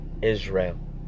Israel